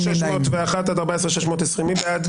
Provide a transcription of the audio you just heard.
14,601 עד 14,620, מי בעד?